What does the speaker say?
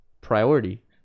priority